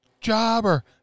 jobber